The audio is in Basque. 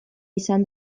izan